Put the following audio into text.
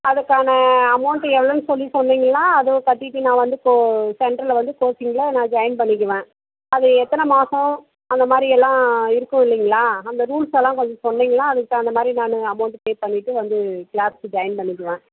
அதுக்கான அமௌண்ட்டு எவ்வளோனு சொல்லி சொன்னிங்கன்னால் அதை கட்டிவிட்டு நான் வந்து கோ சென்டரில் வந்து கோச்சிங்கில் நான் ஜாயின் பண்ணிக்குவேன் அது எத்தனை மாதம் அந்த மாதிரியெல்லாம் இருக்கும் இல்லைங்களா அந்த ரூல்ஸ் எல்லாம் கொஞ்சம் சொன்னீங்கன்னால் அதுக்கு தகுந்த மாதிரி நான் அமௌண்ட்டு பே பண்ணிவிட்டு வந்து கிளாஸுக்கு ஜாயின் பண்ணிக்கலாம்